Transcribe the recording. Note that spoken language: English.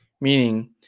meaning